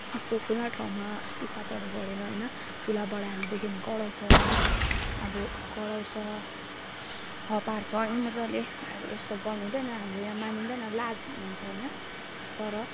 आजकल खुला ठाउँमा पिसाबहरू गरेर होइन ठुलाबडाहरूले देख्यो भने कराउँछ होइन अब कराउँछ हपार्छ होइन मजाले अब यस्तो गर्नुहुँदैन हाम्रो यहाँ मानिँदैन लाज भन्छ होइन तर